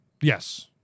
yes